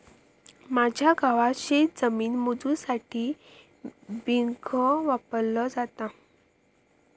माझ्या गावात शेतजमीन मोजुसाठी बिघो वापरलो जाता